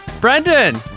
Brendan